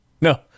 No